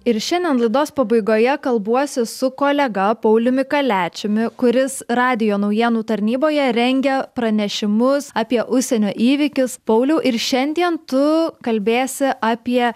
ir šiandien laidos pabaigoje kalbuosi su kolega pauliumi kaliačiumi kuris radijo naujienų tarnyboje rengia pranešimus apie užsienio įvykis pauliau ir šiandien tu kalbėsi apie